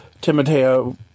timoteo